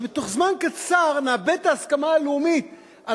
שבתוך זמן קצר נאבד את ההסכמה הלאומית על